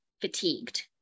fatigued